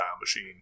machine